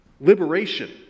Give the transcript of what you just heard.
liberation